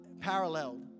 paralleled